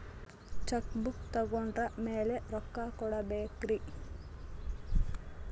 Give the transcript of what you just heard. Check book ತೊಗೊಂಡ್ರ ಮ್ಯಾಲೆ ರೊಕ್ಕ ಕೊಡಬೇಕರಿ?